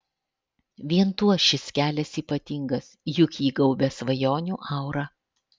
vien tuo šis kelias ypatingas juk jį gaubia svajonių aura